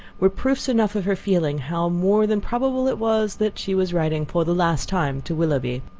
were proofs enough of her feeling how more than probable it was that she was writing for the last time to willoughby.